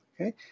okay